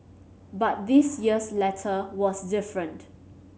but this year's letter was different